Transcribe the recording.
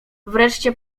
wreszcie